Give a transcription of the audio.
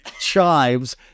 chives